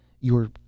Your